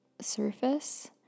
surface